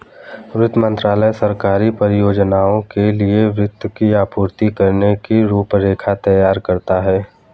वित्त मंत्रालय सरकारी परियोजनाओं के लिए वित्त की आपूर्ति करने की रूपरेखा तैयार करता है